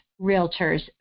realtors